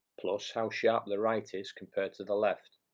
plus how sharp the right is compared to the left,